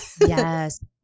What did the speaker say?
yes